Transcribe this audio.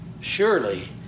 Surely